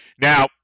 Now